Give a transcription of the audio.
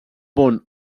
bon